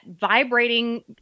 vibrating